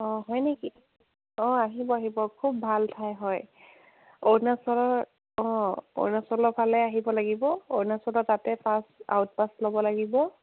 অঁ হয় নেকি অঁ আহিব আহিব খুব ভাল ঠাই হয় অৰুণাচলৰ অঁ অৰুণাচলৰফালে আহিব লাগিব অৰুণাচলত তাতে পাছ আউট পাছ ল'ব লাগিব